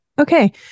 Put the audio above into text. Okay